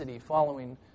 following